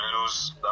lose